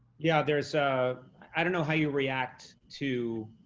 yeah, there's, i don't know how you react to,